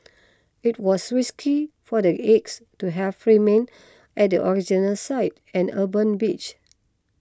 it was risky for the eggs to have remained at the original site an urban beach